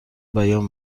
بیان